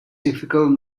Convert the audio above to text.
difficult